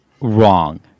wrong